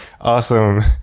awesome